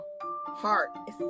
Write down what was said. heart